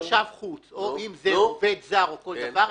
חוץ או אם זה עובד זר או כל דבר,